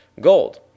gold